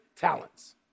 talents